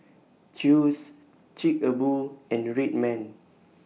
Chew's Chic A Boo and Red Man